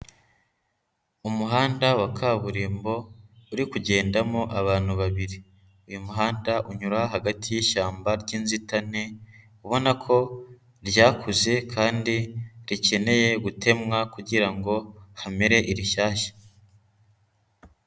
Umuhanda wa kaburimbo, uri kugendamo abantu babiri, uyu muhanda unyura hagati y'ishyamba ry'inzitane, ubona ko ryakuze kandi rikeneye gutemwa kugira ngo hamere irishyashya.